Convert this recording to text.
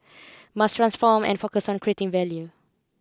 must transform and focus on creating value